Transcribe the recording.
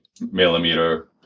millimeter